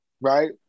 right